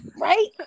Right